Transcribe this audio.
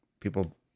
people